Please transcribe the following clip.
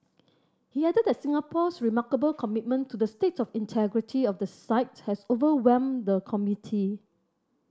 he added that Singapore's remarkable commitment to the state of integrity of the site has overwhelmed the committee